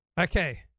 Okay